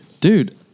Dude